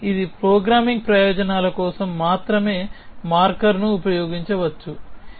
కాబట్టి ఇది ప్రోగ్రామింగ్ ప్రయోజనాల కోసం మాత్రమే మార్కర్ను ఉపయోగించవచ్చు